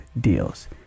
deals